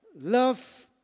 Love